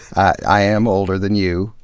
i am older than you,